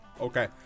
Okay